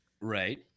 Right